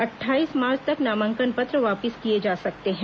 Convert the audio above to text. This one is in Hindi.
अट्ठाईस मार्च तक नामांकन पत्र वापस लिए जा सकते हैं